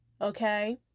Okay